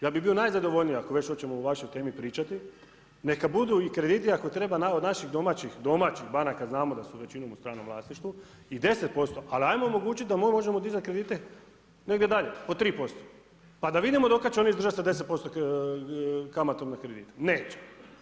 Ja bih bio najzadovoljniji ako već hoćemo o vašoj temi pričati, neka budu i krediti ako treba od naših domaćih, domaćih banaka, znamo da su većinom u stranom vlasništvu i 10%, ali ajmo omogućit da možemo dizat kredite negdje dalje, po 3% pa da vidimo do kad će oni izdržat do 10% kamatom na kredite, neće.